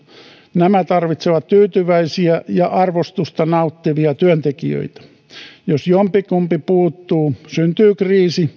nämä tarvitsevat tyytyväisiä ja arvostusta nauttivia työntekijöitä jos jompikumpi puuttuu syntyy kriisi